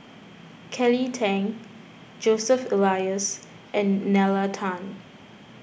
Kelly Tang Joseph Elias and Nalla Tan